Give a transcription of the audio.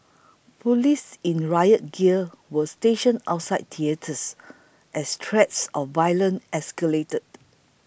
police in riot gear were stationed outside theatres as threats of violence escalated